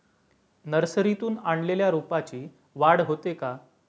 नर्सरीतून आणलेल्या रोपाची वाढ होते का?